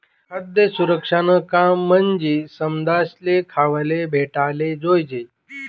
खाद्य सुरक्षानं काम म्हंजी समदासले खावाले भेटाले जोयजे